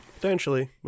Potentially